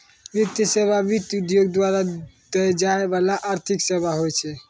वित्तीय सेवा, वित्त उद्योग द्वारा दै जाय बाला आर्थिक सेबा होय छै